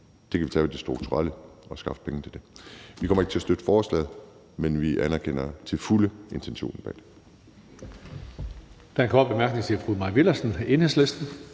det kan vi skaffe penge til i det strukturelle. Vi kommer ikke til at støtte forslaget, men vi anerkender til fulde intentionen bag.